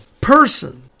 person